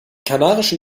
kanarischen